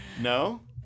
no